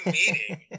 meeting